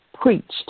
preached